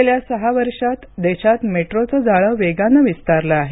गेल्या सहा वर्षात देशात मेट्रोचं जाळं वेगानं विस्तारलं आहे